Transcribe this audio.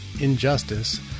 Injustice